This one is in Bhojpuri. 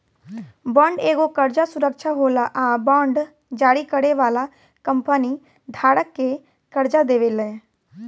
बॉन्ड एगो कर्जा सुरक्षा होला आ बांड जारी करे वाली कंपनी धारक के कर्जा देवेले